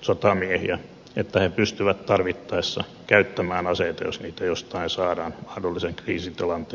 sotamiehiä niin että he pystyvät tarvittaessa käyttämään aseita jos niitä jostain saadaan mahdollisen kriisitilanteen uhatessa